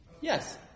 Yes